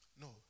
No